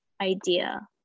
idea